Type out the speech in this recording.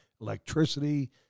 electricity